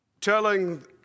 telling